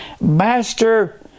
Master